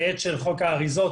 בעת של חוק האריזות,